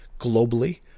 globally